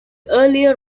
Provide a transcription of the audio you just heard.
earlier